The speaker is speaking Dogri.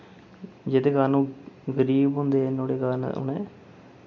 जेह्दे कारण ओह् गरीब होंदे नुआढ़े कारण उ'नें